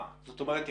זאת אומרת,